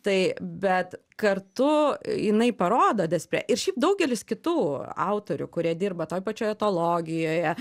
tai bet kartu jinai parodo despre ir šiaip daugelis kitų autorių kurie dirba toj pačioj etologijoje